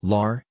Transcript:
Lar